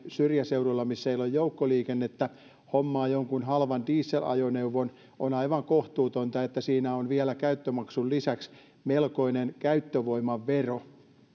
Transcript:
syrjäseudulla missä ei ole joukkoliikennettä hommaa jonkun halvan diesel ajoneuvon ja on aivan kohtuutonta että siinä on vielä käyttömaksun lisäksi melkoinen käyttövoimavero